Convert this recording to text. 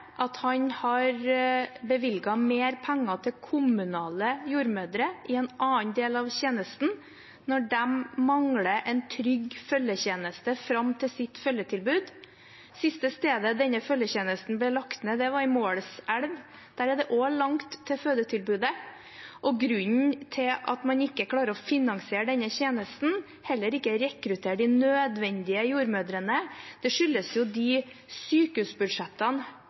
at han har bevilget mer penger til kommunale jordmødre i en annen del av tjenesten, når de mangler en trygg følgetjeneste fram til sitt fødetilbud? Det siste stedet denne følgetjenesten ble lagt ned, var i Målselv. Der er det også langt til fødetilbudet. Grunnen til at man ikke klarer å finansiere denne tjenesten og heller ikke rekruttere de nødvendige jordmødrene, skyldes de sykehusbudsjettene